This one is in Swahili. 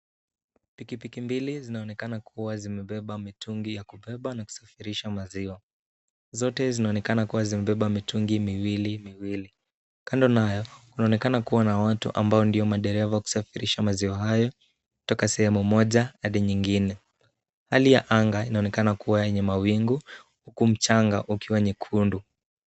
Pikipiki mbili zinaonekana kuwa zimebeba mitungi ya kubeba na kusafirisha maziwa. Zote zinaonekana kuwa zimebeba mitungi miwili miwili. Kando nayo kunaonekana kuwa na watu ambao ndio madereva wa kusafirisha maziwa hayo kutoka sehemu moja hadi nyingine. Hali ya anga inaokana kuwa yenye mawingu huku mchanga ukiwa nyekundu.